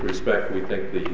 respect we think the